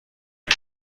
بود